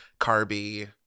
carby